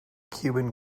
cuban